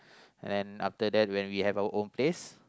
and after that when we have our own place